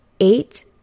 eight